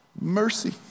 mercy